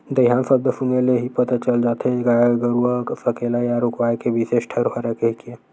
दईहान सब्द सुने ले ही पता चल जाथे के गाय गरूवा सकेला या रूकवाए के बिसेस ठउर हरय कहिके